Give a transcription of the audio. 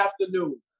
afternoon